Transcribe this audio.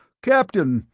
captain!